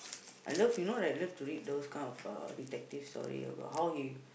I love you know I love to read those kind of detective story like how he